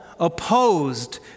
opposed